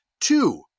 two